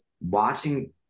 watching